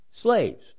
slaves